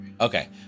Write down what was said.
okay